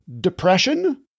depression